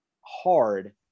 hard